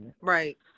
right